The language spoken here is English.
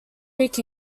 week